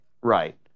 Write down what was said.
right